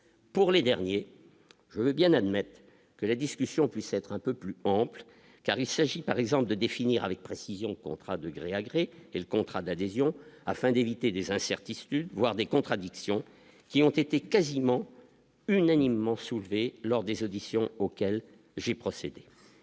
pour les derniers, je veux bien admettre que la discussion puisse être un peu plus ample, car il s'agit par exemple de définir avec précision : contrat de gré à gré et le contrat d'adhésion afin d'éviter des incertitudes, voire des contradictions qui ont été quasiment unanimement soulevées lors des auditions auxquelles j'ai procédé,